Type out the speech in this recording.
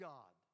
God